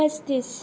पस्तीस